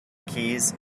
keys